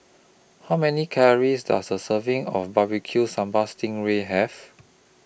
How Many Calories Does A Serving of Barbecue Sambal Sting Ray Have